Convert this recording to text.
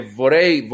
vorrei